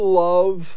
love